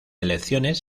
elecciones